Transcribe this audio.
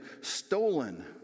stolen